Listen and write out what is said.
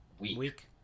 week